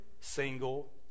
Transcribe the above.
single